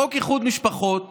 בחוק איחוד משפחות